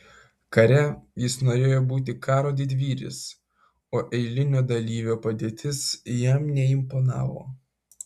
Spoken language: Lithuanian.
kare jis norėjo būti karo didvyris o eilinio dalyvio padėtis jam neimponavo